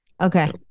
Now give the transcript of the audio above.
Okay